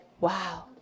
Wow